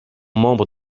membre